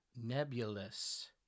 Nebulous